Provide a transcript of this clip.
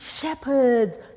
shepherds